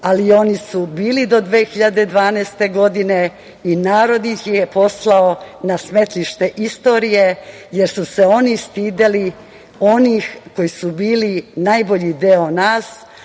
ali oni su bili do 2012. godine i narod ih je poslao na smetlište istorije, jer su se oni stideli onih koji su bili najbolji deo nas,